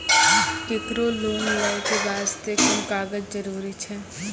केकरो लोन लै के बास्ते कुन कागज जरूरी छै?